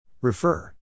Refer